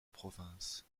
province